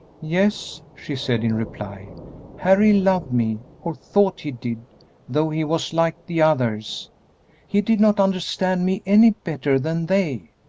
yes, she said, in reply harry loved me, or thought he did though he was like the others he did not understand me any better than they.